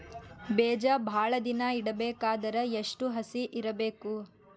ಬೇಜ ಭಾಳ ದಿನ ಇಡಬೇಕಾದರ ಎಷ್ಟು ಹಸಿ ಇರಬೇಕು?